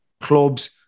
clubs